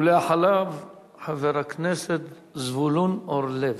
ואחריו, חבר הכנסת זבולון אורלב.